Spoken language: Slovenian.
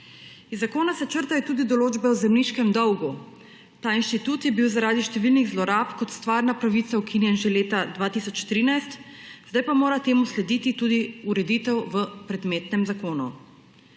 Iz zakona se črtajo tudi določbe o zemljiškem dolgu. Ta institut je bil zaradi številnih zlorab kot stvarna pravica ukinjen že leta 2013, zdaj pa mora temu slediti tudi ureditev v predmetnem zakonu.